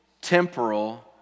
temporal